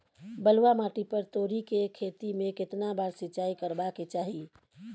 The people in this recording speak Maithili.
बलुआ माटी पर तोरी के खेती में केतना बार सिंचाई करबा के चाही?